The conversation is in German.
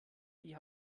die